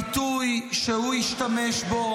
-- בביטוי שהוא השתמש בו.